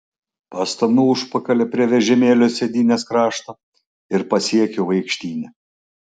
pastumiu užpakalį prie vežimėlio sėdynės krašto ir pasiekiu vaikštynę